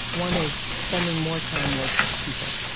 one is spending more time with people.